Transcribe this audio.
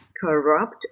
corrupt